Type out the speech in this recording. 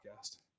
podcast